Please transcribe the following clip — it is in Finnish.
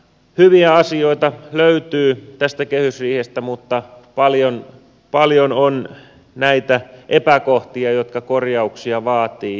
hyviä asioita löytyy tästä kehysriihestä mutta paljon on näitä epäkohtia jotka korjauksia vaativat